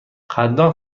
قدردان